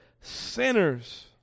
sinners